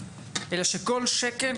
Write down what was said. אלא שכל שקל,